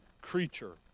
creature